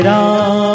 Ram